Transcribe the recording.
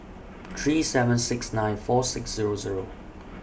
three seven six nine four six Zero Zero